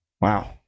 Wow